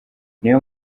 niyo